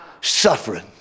suffering